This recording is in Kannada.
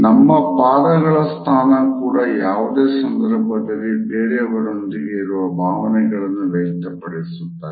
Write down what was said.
ನಮ್ಮ ಪಾದಗಳ ಸ್ಥಾನ ಕೂಡ ಯಾವುದೇ ಸಂದರ್ಭದಲ್ಲಿ ಬೇರೆಯವರೊಂದಿಗೆ ಇರುವ ಭಾವನೆಗಳನ್ನು ವ್ಯಕ್ತ ಪಡಿಸುತ್ತದೆ